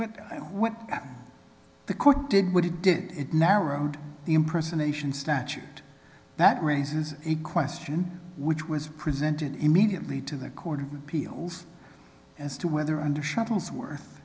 and what the court did what he did it narrowed the impersonation statute that raises a question which was presented immediately to the court of appeals as to whether under shuttlesworth